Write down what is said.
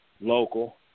local